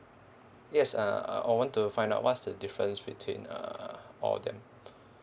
yes uh uh I want to find out what's the difference between uh all of them